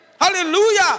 Hallelujah